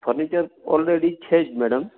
furniture already છે જ madam